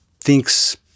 thinks